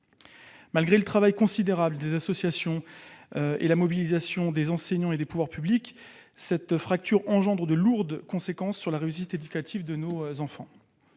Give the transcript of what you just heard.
Malgré le travail considérable des associations et la mobilisation des enseignants et des pouvoirs publics, cette fracture engendre de lourdes conséquences sur la réussite éducative de nos enfants.